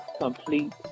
Complete